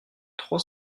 trois